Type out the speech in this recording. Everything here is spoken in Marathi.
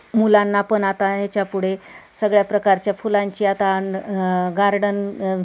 मुलांना पण आता ह्याच्यापुढे सगळ्या प्रकारच्या फुलांची आता अ गार्डन